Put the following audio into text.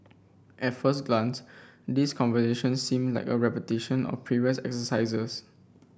at first glance these conversations seem like a repetition of previous exercises